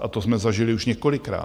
A to jsme zažili už několikrát.